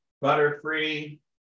butter-free